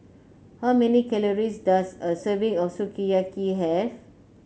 how many calories does a serving of Sukiyaki have